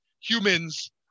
humans